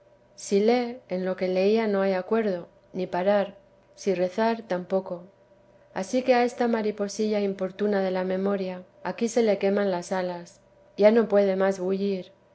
si lee en lo que leía no hay acuerdo ni parar si rezar tampoco ansí que a esta mariposilla importuna de la memoria aquí se le queman las alas ya no puede más bullir